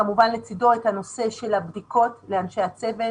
כמובן, לצדו נושא הבדיקות לאנשי הצוות.